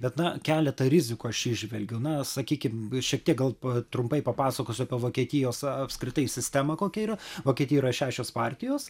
bet na keletą rizikų aš čia įžvelgiu na sakykim šiek tiek gal trumpai papasakosiu apie vokietijos apskritai sistemą kokia yra vokietijoje yra šešios partijos